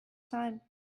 time